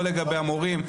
לא לגבי המורים,